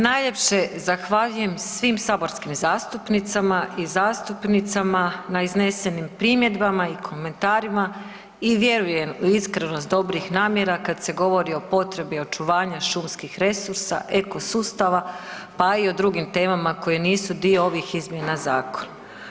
Najljepše zahvaljujem svim saborskim zastupnicama i zastupnicima na iznesenim primjedbama i komentarima i vjerujem u iskrenost dobrih namjera kada se govori o potrebi očuvanja šumskih resursa, eko sustava pa i o drugim temama koje nisu dio ovih izmjena zakona.